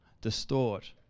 distort